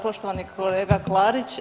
Poštovani kolega Klarić.